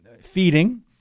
feeding